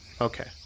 Okay